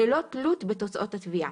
ללא תלות בתוצאות התביעה,